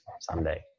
someday